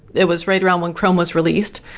it was right around when chrome was released,